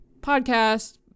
podcast